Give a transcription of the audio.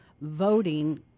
voting